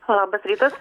labas rytas